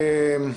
אה,